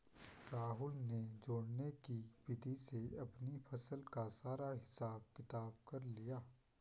राहुल ने जोड़ने की विधि से अपनी फसल का सारा हिसाब किताब कर लिया